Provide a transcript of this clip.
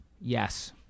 Yes